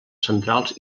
centrals